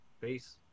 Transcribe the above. Peace